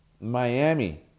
Miami